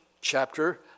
chapter